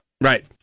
Right